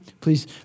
Please